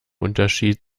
unterschied